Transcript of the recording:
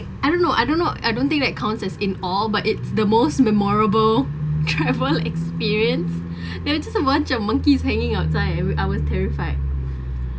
I don't know I don't know I don't think that counts as in all but it's the most memorable travel experience there are just a bunch of monkeys hanging outside I were I was terrified